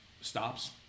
stops